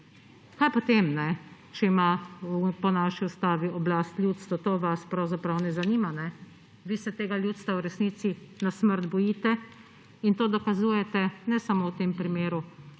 Kaj potem, če ima po naši ustavi oblast ljudstvo, to vas pravzaprav ne zanima. Vi se tega ljudstva v resnici na smrt bojite, in to dokazujete ne samo v tem primeru,